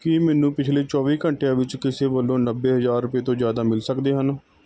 ਕੀ ਮੈਨੂੰ ਪਿਛਲੇ ਚੌਵੀ ਘੰਟਿਆਂ ਵਿੱਚ ਕਿਸੇ ਵੱਲੋਂ ਨੱਬੇ ਹਜ਼ਾਰ ਰੁਪਏ ਤੋਂ ਜ਼ਿਆਦਾ ਮਿਲ ਸਕਦੇ ਹਨ